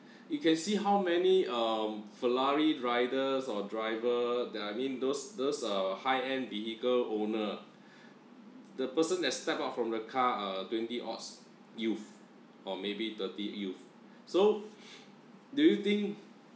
you can see how many um ferrari riders or drivers that I mean those those are high-end vehicle owner the person that step out from the car are twenty odds youth or maybe thirty youth so do you think